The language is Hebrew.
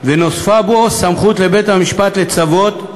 ונוספה בו סמכות לבית-המשפט לצוות,